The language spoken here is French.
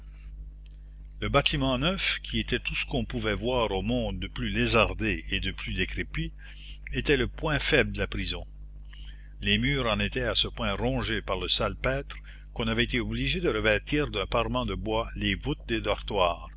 le bâtiment neuf qui était tout ce qu'on pouvait voir au monde de plus lézardé et de plus décrépit était le point faible de la prison les murs en étaient à ce point rongés par le salpêtre qu'on avait été obligé de revêtir d'un parement de bois les voûtes des dortoirs